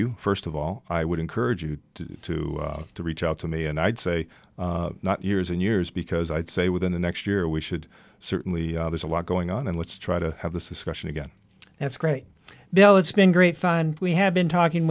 you first of all i would encourage you to to reach out to me and i'd say not years and years because i'd say within the next year we should certainly there's a lot going on and let's try to have this discussion again that's great bill it's been great fun we have been talking